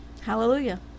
hallelujah